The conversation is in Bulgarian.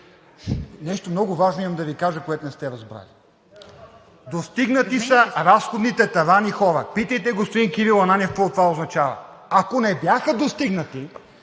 нещо много важно имам да Ви кажа, което не сте разбрали: достигнати са разходните тавани, хора! Питайте господин Кирил Ананиев какво означава това. Ако не бяха достигнати,